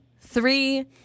three